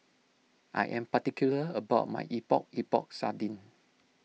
I am particular about my Epok Epok Sardin